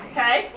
Okay